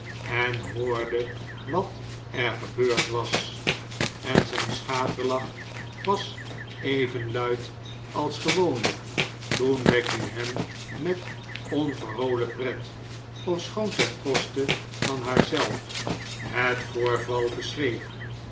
en hoorde wat er gebeurd was en zijn schaterlach was even luid als gewoonlijk toen becky hem met onverholen pret ofschoon ten koste van haarzelf het voorval beschreef